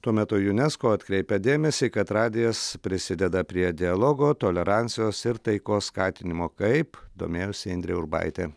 tuo metu junesko atkreipia dėmesį kad radijas prisideda prie dialogo tolerancijos ir taikos skatinimo kaip domėjosi indrė urbaitė